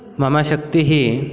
मम शक्तिः